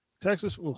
Texas